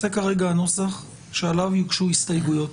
זה כרגע הנוסח שעליו יוגשו הסתייגויות.